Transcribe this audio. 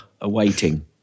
awaiting